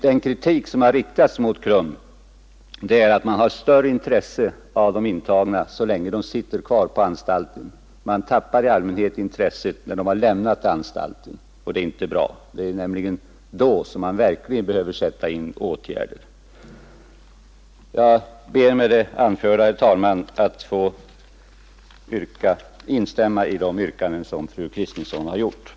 Den kritik som har riktats mot KRUM är att organisationen visar intresse för de intagna så länge de sitter kvar på anstalten, men i regel tappar intresset när de har lämnat anstalten. Och det är inte bra; det är nämligen då som åtgärder verkligen behöver vidtas. Med det anförda ber jag att få instämma i de yrkanden som fru Kristensson har framställt.